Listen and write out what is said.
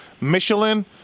Michelin